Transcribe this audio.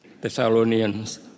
Thessalonians